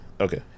Okay